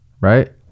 right